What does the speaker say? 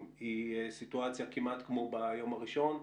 היא סיטואציה כמעט כמו ביום הראשון,